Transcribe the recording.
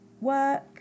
work